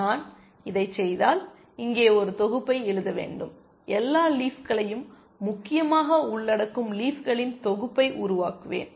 நான் இதைச் செய்தால் இங்கே ஒரு தொகுப்பை எழுத வேண்டும் எல்லா லீஃப் களையும் முக்கியமாக உள்ளடக்கும் லீஃப்களின் தொகுப்பை உருவாக்குவேன்